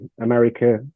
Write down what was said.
America